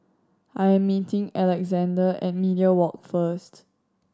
I'm meeting Alexzander at Media Walk first